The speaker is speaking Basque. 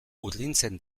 urdintzen